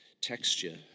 texture